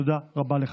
תודה רבה לך.